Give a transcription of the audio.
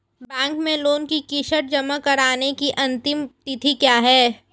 Bank में loan की किश्त जमा कराने की अंतिम तिथि क्या है?